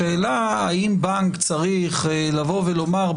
השאלה האם בנק צריך לבוא ולומר,